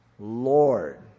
Lord